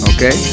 Okay